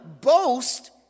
boast